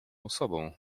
osobą